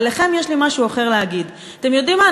לכם יש לי משהו אחר להגיד: אתם יודעים מה?